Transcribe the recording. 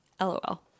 LOL